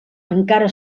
encara